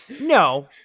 No